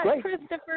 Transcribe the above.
Christopher